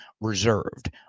reserved